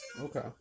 Okay